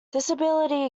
disability